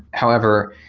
however,